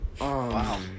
Wow